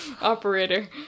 operator